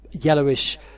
yellowish